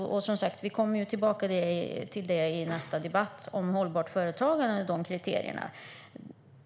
Vi kommer som sagt tillbaka till det i nästa debatt om kriterierna för hållbart företagande.